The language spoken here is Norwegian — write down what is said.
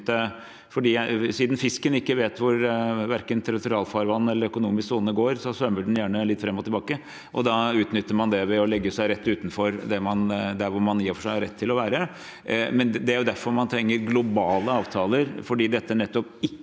siden fisken ikke vet hvor verken territorialfarvann eller økonomisk sone går, svømmer den gjerne litt fram og tilbake, og da utnytter man det ved å legge seg rett utenfor, der hvor man i og for seg har rett til å være. Det er derfor man trenger globale avtaler, for dette kan ikke